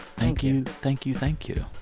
thank you thank you thank you.